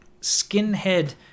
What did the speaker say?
skinhead